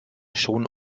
schon